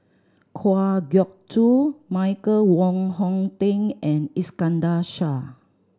Kwa Geok Choo Michael Wong Hong Teng and Iskandar Shah